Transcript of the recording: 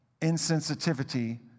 insensitivity